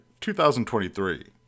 2023